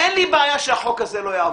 אין לי בעיה שהחוק הזה לא יעבור.